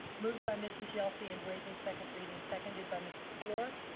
moved by mrs. yelsey in waiving second reading, seconded by mrs. fluor,